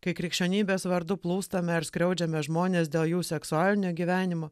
kai krikščionybės vardu plūstame ar skriaudžiame žmones dėl jų seksualinio gyvenimo